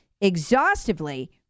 exhaustively